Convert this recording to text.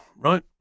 Right